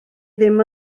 ddim